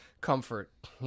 comfort